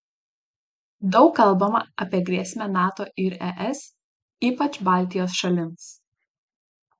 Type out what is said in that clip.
daug kalbama apie grėsmę nato ir es ypač baltijos šalims